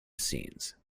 scenes